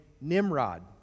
Nimrod